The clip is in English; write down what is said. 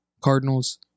Cardinals